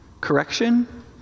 Correction